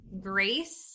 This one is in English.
grace